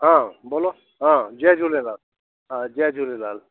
हा बोलो हा जय झूलेलाल हा जय झूलेलाल